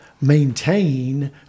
maintain